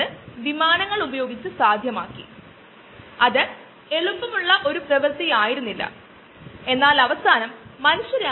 എന്നാൽ ഇൻസുലിനായി ഒരു ബയോപ്രോസസ്സ് ലഭ്യമായപ്പോൾ കാരണം ഇൻസുലിൻ ലഭിക്കുന്നത് എളുപ്പം ആയകാരണം ഇത് ഇൻസുലിന്റെ ചെലവ് 24 മടങ്ങ് കുറച്ചു